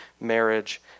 marriage